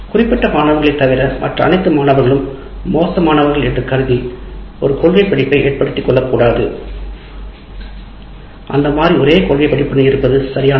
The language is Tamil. குறிப்பிட்ட மாணவர்களைத் தவிர மற்ற அனைத்து மாணவர்களும் மோசமானவர்கள் என்று கருதி ஒரு கொள்கை பிடிப்பை ஏற்படுத்திக் கொள்ளக் கூடாது அந்த மாதிரி ஒரே கொள்கைப் பிடிப்புடன் இருப்பது சரியானதல்ல